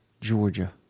Georgia